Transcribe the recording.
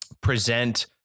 present